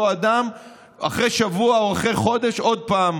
אדם אחרי שבוע או אחרי חודש עוד פעם,